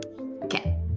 okay